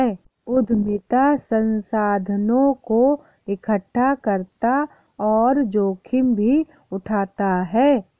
उद्यमिता संसाधनों को एकठ्ठा करता और जोखिम भी उठाता है